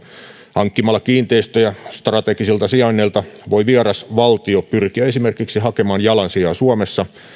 hankkimalla kiinteistöjä strategisilta sijainneilta voi vieras valtio pyrkiä esimerkiksi hakemaan jalansijaa suomessa